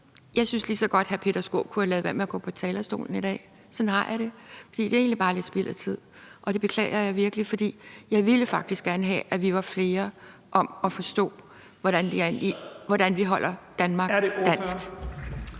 at jeg lige så godt synes, hr. Peter Skaarup kunne have ladet være med at gå på talerstolen i dag. Sådan har jeg det, for det er egentlig bare lidt spild af tid, og det beklager jeg virkelig, for jeg ville faktisk gerne have, at vi var flere om at forstå, hvordan vi holder Danmark dansk.